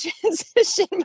transition